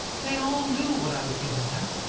they all knew what i was getting at.